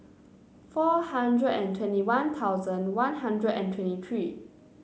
four hundred and twenty One Thousand One Hundred and twenty three